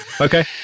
okay